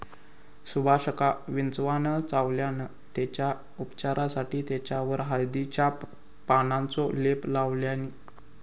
सुभाषका विंचवान चावल्यान तेच्या उपचारासाठी तेच्यावर हळदीच्या पानांचो लेप लावल्यानी